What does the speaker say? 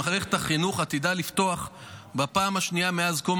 מערכת החינוך עתידה לפתוח בפעם השנייה מאז קום